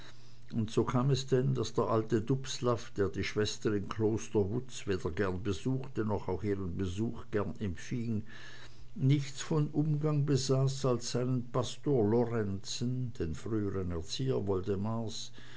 und so kam es denn daß der alte dubslav der die schwester in kloster wutz weder gern besuchte noch auch ihren besuch gern empfing nichts von umgang besaß als seinen pastor lorenzen den